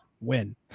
win